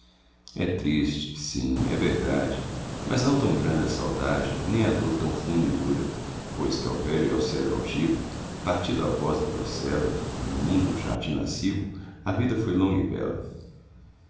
é triste sim é verdade mas não tão grande a saudade nem a dor tão funda e dura pois que ao velho e ao cedro altivo partido à voz da procela no mundo jardim lascivo a vida foi longa e bela